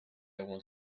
want